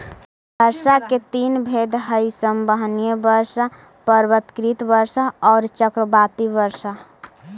वर्षा के तीन भेद हई संवहनीय वर्षा, पर्वतकृत वर्षा औउर चक्रवाती वर्षा